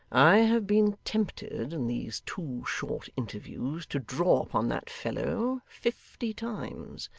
i have been tempted in these two short interviews, to draw upon that fellow, fifty times.